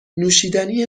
نوشیدنی